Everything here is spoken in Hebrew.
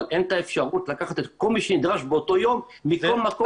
אבל אין את האפשרות לקחת את כל מי שנדרש באותו יום מכל מקום